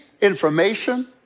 information